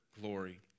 glory